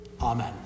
Amen